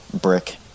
brick